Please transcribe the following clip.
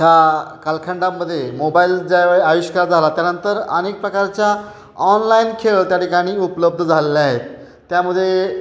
ह्या कालखंडामध्ये मोबाईल ज्या वेळी आविष्कार झाला त्यानंतर अनेक प्रकारच्या ऑनलाईन खेळ त्या ठिकाणी उपलब्ध झालेल्या आहेत त्यामध्ये